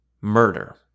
murder